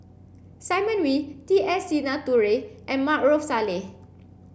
Simon Wee T S Sinnathuray and Maarof Salleh